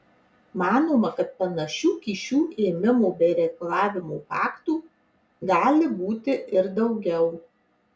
manoma kad panašių kyšių ėmimo bei reikalavimo faktų gali būti ir daugiau